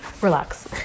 relax